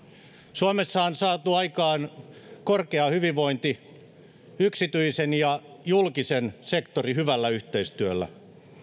suomessa on saatu aikaan korkea hyvinvointi yksityisen ja julkisen sektorin hyvällä yhteistyöllä